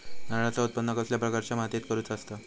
नारळाचा उत्त्पन कसल्या प्रकारच्या मातीत करूचा असता?